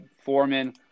Foreman